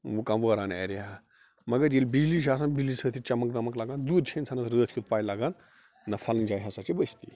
مُکام وٲران ایرِیا مگر ییٚلہِ بجلی چھِ آسان بَجلی سۭتۍ چھِ چمک دَمک لگان دوٗرِ چھِ اِنسانس رٲتھ کیُت پاے لگان نَہ فلٲنۍ جاے ہَسا چھِ بٔستی